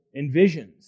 envisions